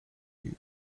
you